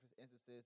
instances